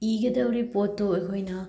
ꯏꯒꯗꯧꯔꯤꯕ ꯄꯣꯠꯇꯨ ꯑꯩꯈꯣꯏꯅ